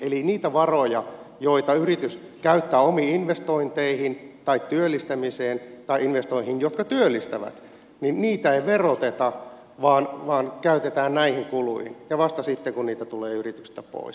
eli niitä varoja joita yritys käyttää omiin investointeihin tai työllistämiseen tai investointeihin jotka työllistävät niin niitä ei veroteta vaan käytetään näihin kuluihin ja vasta sitten verotetaan kun niitä tulee yrityksestä pois